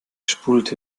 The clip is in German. sprudelte